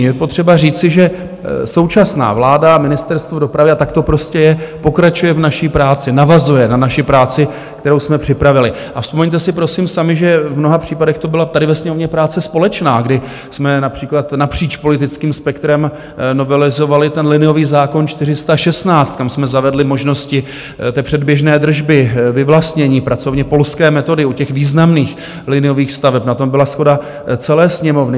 Je potřeba říci, že současná vláda, Ministerstvo dopravy, a tak to prostě je, pokračuje v naší práci, navazuje na naši práci, kterou jsme připravili, a vzpomeňte si prosím sami, že v mnoha případech to byla tady ve Sněmovně práce společná, kdy jsme například napříč politickým spektrem novelizovali liniový zákon 416, kam jsme zavedli možnosti předběžné držby, vyvlastnění, pracovně polské metody, u významných liniových staveb, na tom byla shoda celé Sněmovny.